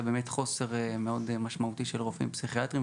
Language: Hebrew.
חוסר מאוד משמעותית של רופאים פסיכיאטרים,